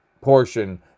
portion